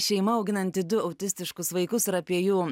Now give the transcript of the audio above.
šeima auginanti du autistiškus vaikus ir apie jų